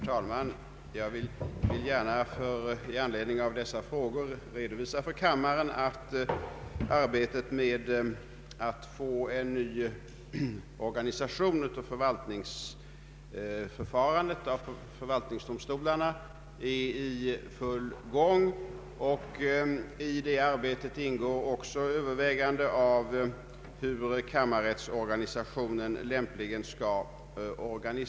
Herr talman! Jag vill i anledning av dessa frågor redovisa för kammaren att arbetet med att få en ny organisation av förvaltningsdomstolarna är i full gång. I det arbetet ingår också överväganden av hur kammarrättsorganisationen lämpligen skall utformas.